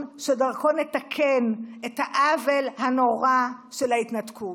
שדרכו נתקן את העוול הנורא של ההתנתקות.